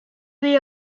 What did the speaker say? the